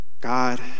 God